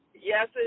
Yes